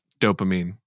dopamine